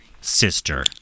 sister